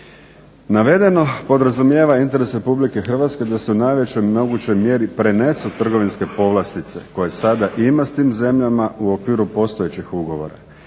Navedeno podrazumijeva interes RH da se u najvećoj mogućoj mjeri prenesu trgovinske povlastice koje sada ima s tim zemljama u okviru postojećih ugovora